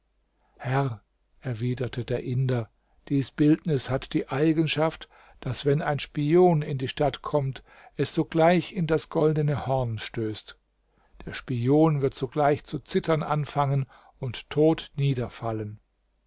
herr erwiderte der inder dies bildnis hat die eigenschaft daß wenn ein spion in die stadt kommt es sogleich in das goldene horn stößt der spion wird sogleich zu zittern anfangen und tot niederfallen